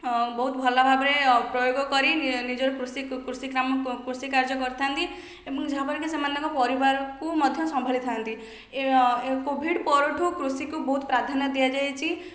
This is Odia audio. ବହୁତ ଭଲ ଭାବରେ ପ୍ରୟୋଗ କରି ନିଜର କୃଷି କୃଷି କାମ କୃଷି କାର୍ଯ୍ୟ କରିଥାନ୍ତି ଏବଂ ଯାହା ଫଳରେକି ସେମାନଙ୍କ ପରିବାରକୁ ମଧ୍ୟ ସମ୍ଭାଳିଥାନ୍ତି କୋଭିଡ଼୍ ପରଠୁ କୃଷିକୁ ବହୁତ ପ୍ରାଧାନ୍ୟ ଦିଆଯାଇଛି